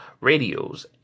radios